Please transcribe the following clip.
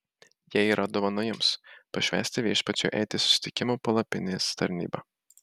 jie yra dovana jums pašvęsti viešpačiui eiti susitikimo palapinės tarnybą